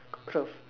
cloth